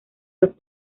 los